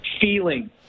feeling